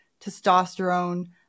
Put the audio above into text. testosterone